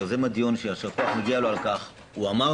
יוזם הדיון שיישר כוח מגיע לו על כך הוא אמר